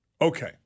Okay